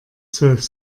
zwölf